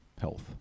health